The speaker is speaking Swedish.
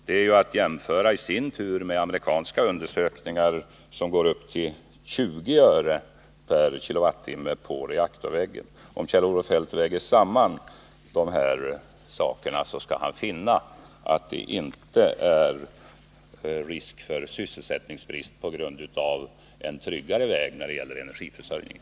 Det i sin tur bör jämföras med amerikanska undersökningar som kommit till priser på 20 öre per kWh. Om Kjell-Olof Feldt lägger samman allt detta skall han finna att det inte finns någon risk för sysselsättningsbrist på grund av att man väljer en tryggare väg när det gäller energiförsörjningen.